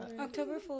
October